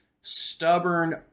stubborn